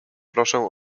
proszę